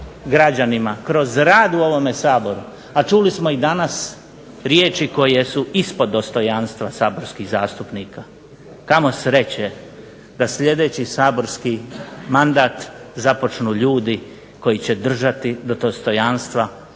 građanima kroz rad u ovome Saboru, a čuli smo i danas riječi koje su ispod dostojanstva saborskih zastupnika, kamo sreće da sljedeći saborski mandat započnu ljudi koji će držati do dostojanstva